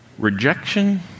Rejection